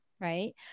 right